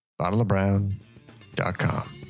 bottleofbrown.com